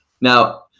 Now